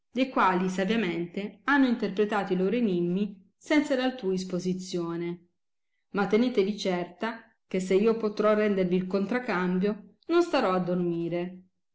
le quali saviamente hanno interpretati i loro enimmi senza l altrui isposizione ma tenetevi certa che se io potrò rendervi il contracambio non starò a dormire